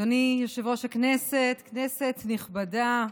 אדוני יושב-ראש הכנסת, כנסת נכבדה,